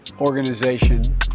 organization